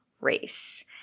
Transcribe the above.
race